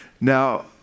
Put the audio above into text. Now